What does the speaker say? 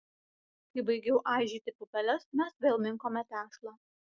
kai baigiau aižyti pupeles mes vėl minkome tešlą